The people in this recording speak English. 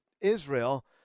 Israel